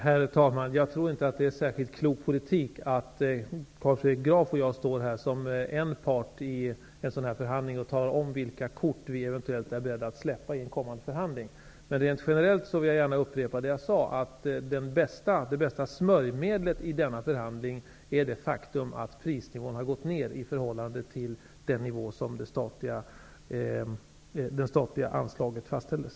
Herr talman! Jag tror inte att det är särskilt klok politik att Carl Fredrik Graf och jag står här som en part i en sådan här förhandling och talar om vilka kort vi eventuellt är beredda att släppa i en kommande förhandling. Rent generellt vill jag gärna upprepa vad jag tidigare sade, nämligen att det bästa smörjmedlet i denna förhandling är det faktum att prisnivån nu är lägre, i förhållande till den nivå som gällde när det statliga anslaget fastställdes.